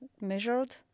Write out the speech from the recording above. measured